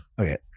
Okay